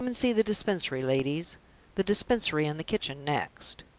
come and see the dispensary, ladies the dispensary and the kitchen next!